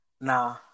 Nah